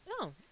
No